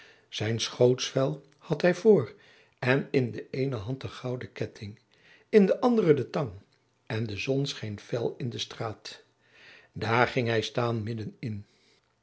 zijn schootsvel had hij voor en in de eene hand de gouden ketting in de andere de tang en de zon scheen fel in de straat daar ging hij staan midden in